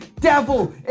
devil